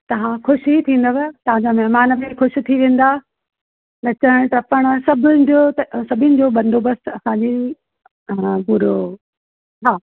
तव्हां ख़ुशि ई थींदव तव्हांजा महिमान बि ख़ुशि थी वेंदा नचण टपण सभिनि जो सभिनि जो बंदोबस्तु असांजी हा पूरो हा